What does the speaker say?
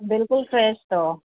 बिल्कुलु फ़्रैश अथव